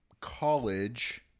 college